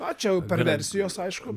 na čia jau perversijos aišku